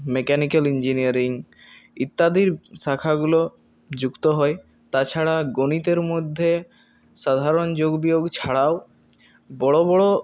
mechanical engineering ইত্যাদির শাখাগুলো যুক্ত হয় তাছাড়া গণিতের মধ্যে সাধারণ যোগ বিয়োগ ছাড়াও বড় বড়